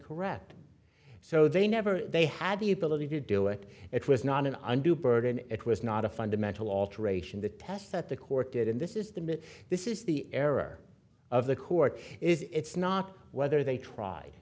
correct so they never they had the ability to do it it was not an undue burden it was not a fundamental alteration the test that the court did and this is the this is the error of the court is it's not whether they tr